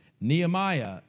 Nehemiah